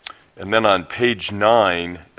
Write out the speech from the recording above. and then on page nine,